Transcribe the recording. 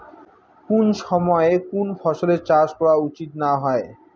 কুন সময়ে কুন ফসলের চাষ করা উচিৎ না হয়?